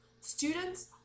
Students